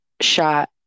shot